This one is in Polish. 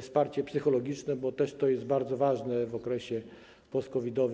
wsparcie psychologiczne, bo też to jest bardzo ważne w okresie post-COVID-owym.